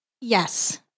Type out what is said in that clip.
Yes